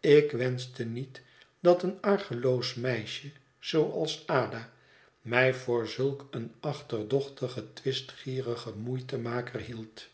ik wenschte niet dat een argeloos meisje zooals ada mij voor zulk een achterdochtigen twistgierigen moeitemaker hield